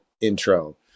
intro